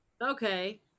Okay